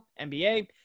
NBA